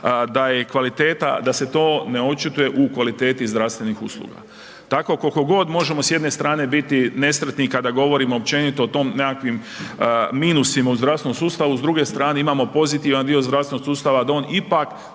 da se to ne očituje u kvaliteti zdravstvenih usluga. Tako koliko god možemo s jedne strane biti nesretni kada govorimo općenito o tim nekakvim minusima u zdravstvenom sustavu s druge strane imamo pozitivan dio zdravstvenog sustava da on ipak